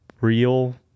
real